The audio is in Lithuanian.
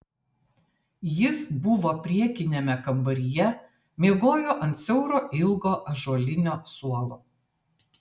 jis buvo priekiniame kambaryje miegojo ant siauro ilgo ąžuolinio suolo